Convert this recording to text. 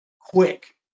quick